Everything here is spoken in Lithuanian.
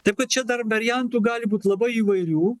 taip kad čia dar variantų gali būt labai įvairių